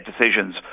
decisions